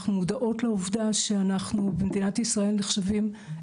אנחנו מודעות לעובדה שאנחנו במדינת ישראל נחשבים ---,